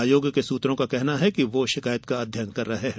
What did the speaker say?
आयोग के सूत्रों का कहना है कि वो शिकायत का अध्ययन कर रहे हैं